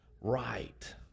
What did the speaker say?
right